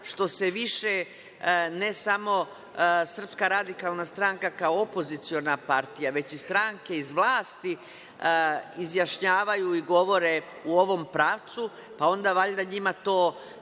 što se više, ne samo Srpska radikalna stranka kao opoziciona partija, već i stranke iz vlasti izjašnjavaju i govore u ovom pravcu, pa onda, valjda, njima to,